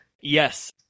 yes